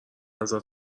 ازت